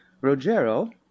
Rogero